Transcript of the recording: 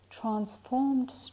transformed